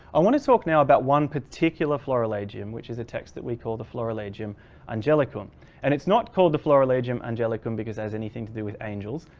i want to talk now about one particular florilegium which is a text that we call the florilegium angelicum and it's not called the florilegium angelicum because anything to do with angels.